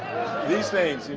these things. and